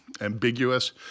ambiguous